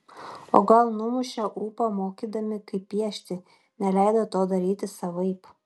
o gal numušė ūpą mokydami kaip piešti neleido to daryti savaip